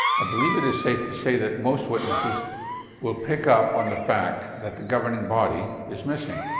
i believe it is safe to say that most witnesses will pick up on the fact that the governing body is missing.